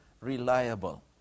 reliable